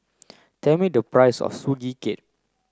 tell me the price of Sugee Cake